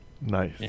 Nice